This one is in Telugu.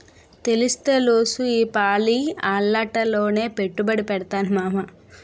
తెలుస్తెలుసు ఈపాలి అలాటాట్లోనే పెట్టుబడి పెడతాను మావా